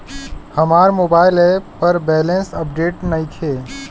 हमार mobile app पर balance update नइखे